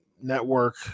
Network